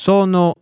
Sono